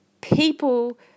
people